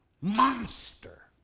monster